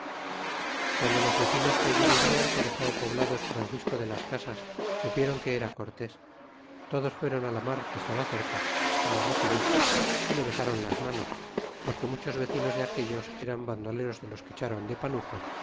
guando los vecinos que allí vivian que dexó poblados francisco de las casas supieron que era cortés todos fueron la mar que estaba cerca le recebir y le besron las manos porque muchos vecinos de aquellos eran vandoleros de los que echron de panuco